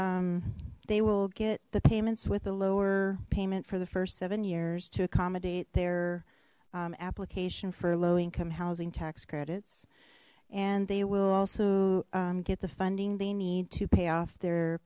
owners they will get the payments with a lower payment for the first seven years to accommodate their application for low income housing tax credits and they will also get the funding they need to pay off their